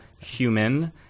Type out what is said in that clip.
human